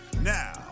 Now